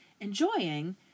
enjoying